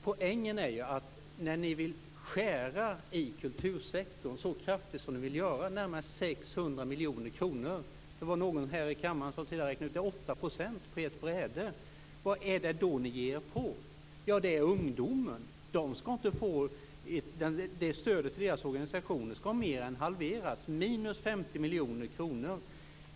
Poängen är ju att när ni vill skära i kultursektorn så kraftigt som ni vill göra - närmare 600 miljoner kronor - och det var någon här i kammaren som räknade ut att det var 8 % på ett bräde. Vad är det då som ni ger er på? Ja, det är ungdomarna. Stödet till deras organisationer skall mer än halveras - minus 50 miljoner kronor.